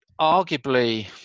arguably